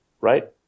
right